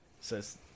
says